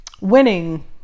winning